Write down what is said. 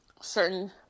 certain